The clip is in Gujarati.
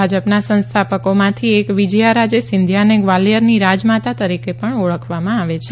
ભાજપના સંસ્થાપકોમાંથી એક વિજયારાજે સિંઘિયાને ગ્વાલિયરની રાજમાતા તરીકે પણ ઓળખવામાં આવે છે